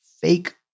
fake